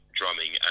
drumming